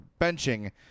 benching